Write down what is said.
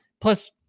Plus